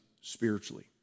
spiritually